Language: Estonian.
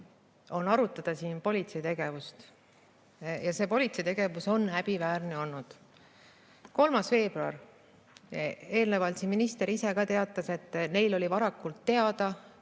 arutada siin politsei tegevust. Ja see politsei tegevus on häbiväärne olnud. 3. veebruar – eelnevalt siin minister ise teatas, et neile oli varakult teada,